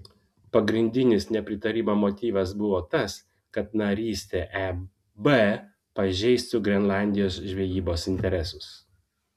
pagrindinis nepritarimo motyvas buvo tas kad narystė eb pažeistų grenlandijos žvejybos interesus